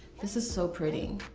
this is so pretty.